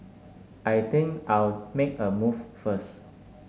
I think I'll make a move first